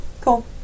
Cool